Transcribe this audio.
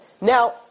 Now